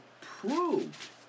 proved